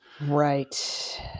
Right